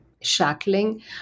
shackling